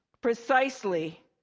precisely